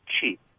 cheap